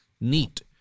neat